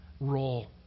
role